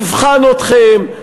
נבחן אתכם,